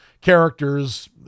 characters